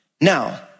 Now